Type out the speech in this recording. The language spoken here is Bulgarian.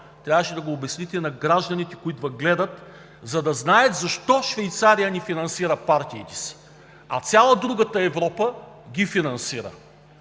трябваше да го обясните на гражданите, които Ви гледат, за да знаят защо Швейцария не финансира партиите си, а цяла друга Европа ги финансира.